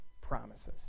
promises